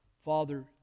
Father